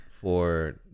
for-